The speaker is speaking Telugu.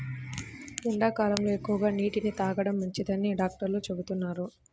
ఎండాకాలంలో ఎక్కువగా నీటిని తాగడం మంచిదని డాక్టర్లు చెబుతున్నారు